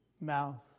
mouth